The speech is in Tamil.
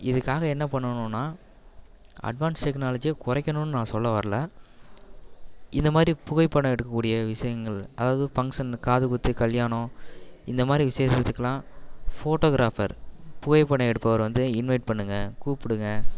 இதுக்காக என்ன பண்ணணுன்னால் அட்வான்ஸ் டெக்னாலஜியை குறைக்கணுன்னு நான் சொல்ல வரல இந்தமாதிரி புகைப்படம் எடுக்கக்கூடிய விஷயங்கள் அதாவது ஃபங்சன் காதுகுத்து கல்யாணம் இந்தமாதிரி விசேஷத்துகெல்லாம் ஃபோட்டோகிராஃபர் புகைப்படம் எடுப்பவரை வந்து இன்வெயிட் பண்ணுங்க கூப்பிடுங்க